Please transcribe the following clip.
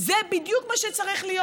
זה בדיוק מה שצריך להיות,